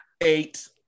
Eight